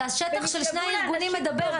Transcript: זה השטח ששני הארגונים מדבר,